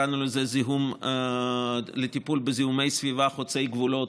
קראנו לזה טיפול בזיהומי סביבה חוצי גבולות,